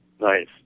Nice